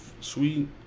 sweet